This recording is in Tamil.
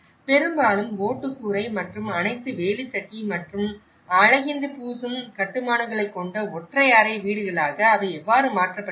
பெரும்பாலும் ஓட்டு கூரை மற்றும் அனைத்து வேலித்தட்டி மற்றும் அழகின்றிப் பூசும் கட்டுமானங்களைக் கொண்ட ஒற்றை அறை வீடுகளாக அவை எவ்வாறு மாற்றப்பட்டுள்ளன